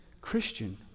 Christian